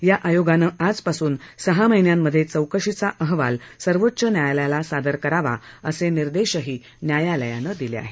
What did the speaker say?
या आयोगानं आजपासून सहा महिन्यांमध्ये चौकशीचा अहवाल सर्वोच्च न्यायालयाला सादर करावा असे निर्देशही न्यायालयानं दिले आहेत